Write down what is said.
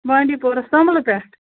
بانٛڈی پوراہ سُمبلہٕ پٮ۪ٹھ